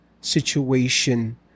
situation